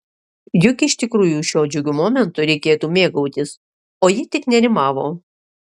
juk iš tikrųjų šiuo džiugiu momentu reikėtų mėgautis o ji tik nerimavo